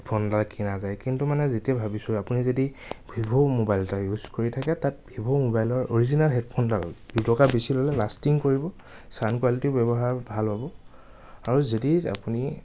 হেডফোনডাল কিনা যায় কিন্তু মানে যেতিয়া ভাবিছোঁ আপুনি যদি ভিভো ম'বাইল এটা ইউজ কৰি থাকে তাত ভিভো মোবাইলৰ অৰিজিনেল হেডফোনডাল দুটকা বেছি ল'লে লাষ্টিং কৰিব চাউণ্ড কোৱালিটিৰ ব্যৱহাৰ ভাল হ'ব আৰু যদি আপুনি